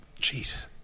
Jeez